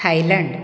Thailand